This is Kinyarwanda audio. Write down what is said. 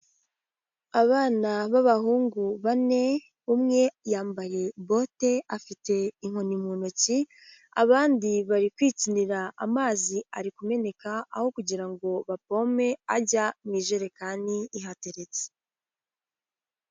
Abana b'abahungu bane umwe yambaye bote afite inkoni mu ntoki, abandi bari kwikinira amazi ari kumeneka aho kugira ngo bapome ajya mu ijerekani ihateretse.